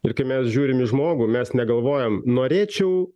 ir kai mes žiūrim į žmogų mes negalvojam norėčiau